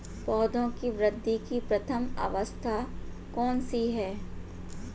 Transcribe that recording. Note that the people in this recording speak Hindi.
पौधों की वृद्धि की प्रथम अवस्था कौन सी है?